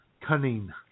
cunning